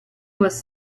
was